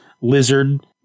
lizard